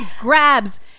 grabs